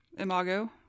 imago